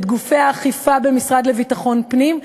את גופי האכיפה במשרד לביטחון פנים,